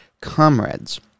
comrades